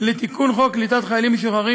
לתיקון חוק קליטת חיילים משוחררים,